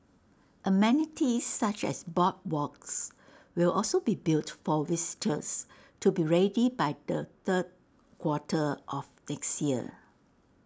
amenities such as boardwalks will also be built for visitors to be ready by the third quarter of next year